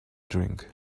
drink